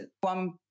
one